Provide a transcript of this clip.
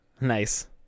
Nice